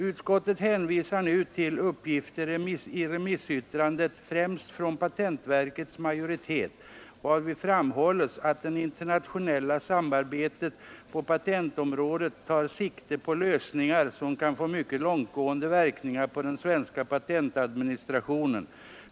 Utskottet hänvisar till uppgifter i remissyttrandet främst från patentverkets majoritet, varvid framhålles att det internationella samarbetet på patentområdet tar sikte på lösningar som kan få mycket långtgående verkningar på den svenska patentadministrationen.